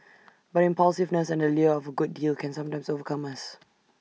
but impulsiveness and the lure of A good deal can sometimes overcome us